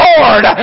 Lord